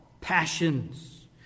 passions